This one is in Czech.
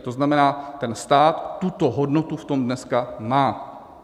To znamená, ten stát tuto hodnotu v tom dneska má.